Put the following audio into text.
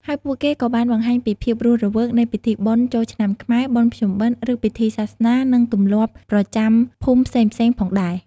ហើយពួកគេក៏បានបង្ហាញពីភាពរស់រវើកនៃ ពិធីបុណ្យចូលឆ្នាំខ្មែរ បុណ្យភ្ជុំបិណ្ឌ ឬពិធីសាសនា និងទម្លាប់ប្រចាំភូមិផ្សេងៗផងដែរ។